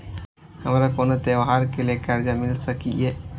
हमारा कोनो त्योहार के लिए कर्जा मिल सकीये?